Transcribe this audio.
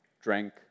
drank